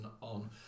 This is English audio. on